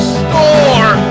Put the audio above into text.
store